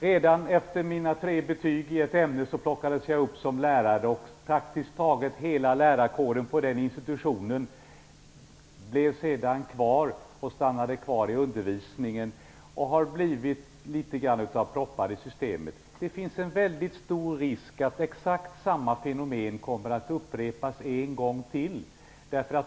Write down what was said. Redan efter det att jag tagit tre betyg i ett ämne plockades jag upp som lärare. Praktiskt taget hela lärarkåren på den institutionen blev sedan kvar i undervisningen och har blivit litet grand av proppar i systemet. Det finns en väldigt stor risk att exakt samma fenomen kommer att upprepas en gång till.